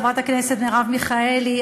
חברת הכנסת מרב מיכאלי,